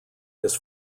his